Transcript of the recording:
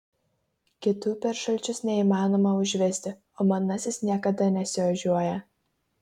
kitų per šalčius neįmanoma užvesti o manasis niekada nesiožiuoja